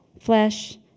flesh